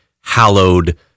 hallowed